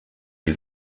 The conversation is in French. les